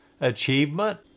achievement